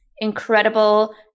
incredible